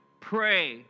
pray